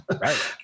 Right